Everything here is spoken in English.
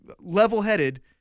level-headed